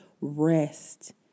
rest